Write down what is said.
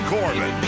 Corbin